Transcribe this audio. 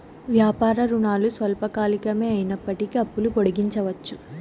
వ్యాపార రుణాలు స్వల్పకాలికమే అయినప్పటికీ అప్పులు పొడిగించవచ్చు